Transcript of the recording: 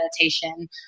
meditation